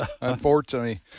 unfortunately